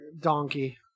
donkey